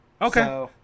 Okay